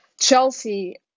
Chelsea